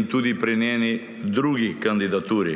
in tudi pri njeni drugi kandidaturi.